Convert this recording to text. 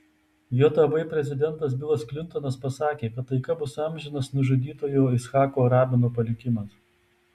jav prezidentas bilas klintonas pasakė kad taika bus amžinas nužudytojo icchako rabino palikimas